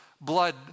blood